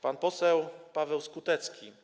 Pan poseł Paweł Skutecki.